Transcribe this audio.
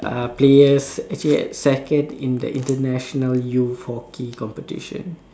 uh players actually had second in the international youth hockey competition